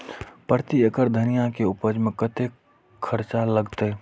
प्रति एकड़ धनिया के उपज में कतेक खर्चा लगते?